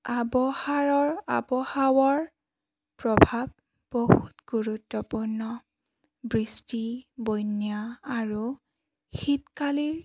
আৱহাৱাৰ আৱহাৱাৰ প্ৰভাৱ বহুত গুৰুত্বপূৰ্ণ বৃষ্টি বন্যা আৰু শীতকালিৰ